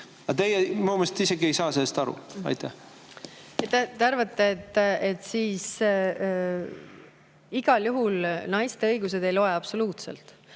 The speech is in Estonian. minu meelest isegi ei saa sellest aru. Te arvate, et igal juhul naiste õigused ei loe absoluutselt